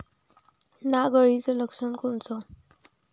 नाग अळीचं लक्षण कोनचं?